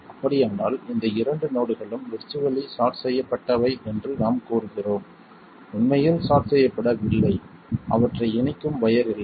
அப்படியானால் இந்த இரண்டு நோடுகளும் விர்ச்சுவல்லி ஷார்ட் செய்யப்பட்டவை என்று நாம் கூறுகிறோம் உண்மையில் ஷார்ட் செய்யப்படவில்லை அவற்றை இணைக்கும் வயர் இல்லை